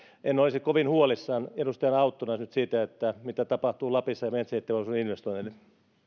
en olisi kovin huolissani edustaja auttona nyt siitä mitä tapahtuu lapissa metsäteollisuuden investoinneille